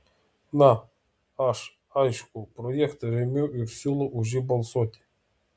na aš aišku projektą remiu ir siūlau už jį balsuoti